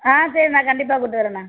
ஆ சரிணா நான் கண்டிப்பாக கூப்ட்டு வரேன்ண்ணா